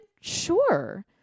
Sure